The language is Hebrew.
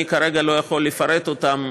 אני כרגע לא יכול לפרט אותם,